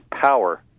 power